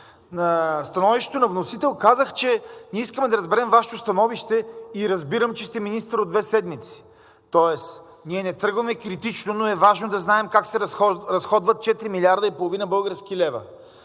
на становището на вносител казах, че ние искаме да разберем Вашето становище и разбирам, че сте министър от две седмици, тоест ние не тръгваме критично, но е важно да знаем как се разходват 4,5 млрд. български лв.